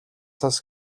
цас